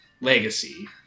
Legacy